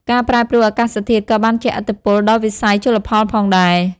ការប្រែប្រួលអាកាសធាតុក៏បានជះឥទ្ធិពលដល់វិស័យជលផលផងដែរ។